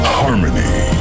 harmony